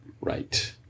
Right